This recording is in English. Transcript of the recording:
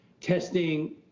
testing